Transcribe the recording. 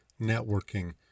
networking